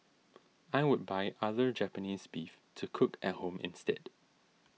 I would buy other Japanese beef to cook at home instead